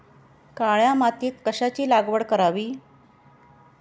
काळ्या मातीत कशाची लागवड करावी?